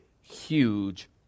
huge